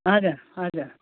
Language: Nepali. हजुर हजुर